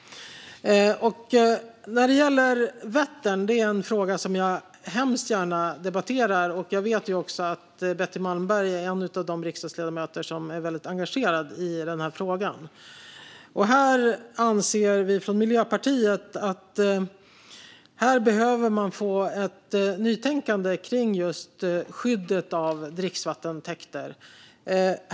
När det gäller vatten är det en fråga som jag hemskt gärna debatterar. Jag vet också att Betty Malmberg är en av de riksdagsledamöter som är väldigt engagerade i frågan. Här anser vi från Miljöpartiet att man behöver få ett nytänkande kring just skyddet av dricksvattentäkter.